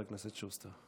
בבקשה, חבר הכנסת שוסטר.